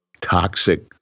toxic